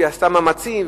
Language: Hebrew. והיא עשתה מאמצים,